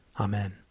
Amen